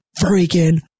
freaking